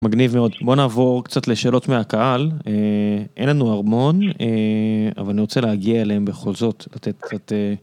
מגניב מאוד בוא נעבור קצת לשאלות מהקהל אין לנו המון אבל אני רוצה להגיע אליהם בכל זאת. לתת קצת א